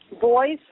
Boys